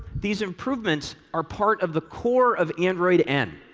these improvements are part of the core of android n,